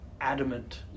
adamant